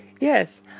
Yes